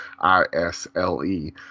I-S-L-E